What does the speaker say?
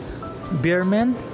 Beerman